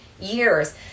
years